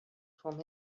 from